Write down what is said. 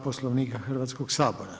Poslovnika Hrvatskoga sabora.